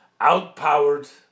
outpowered